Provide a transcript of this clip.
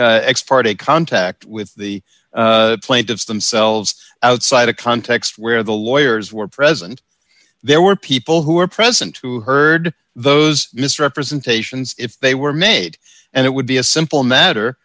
any contact with the plaintiffs themselves outside a context where the lawyers were present there were people who were present who heard those misrepresentations if they were made and it would be a simple matter